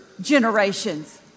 generations